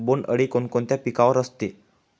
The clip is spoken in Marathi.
बोंडअळी कोणकोणत्या पिकावर असते?